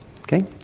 Okay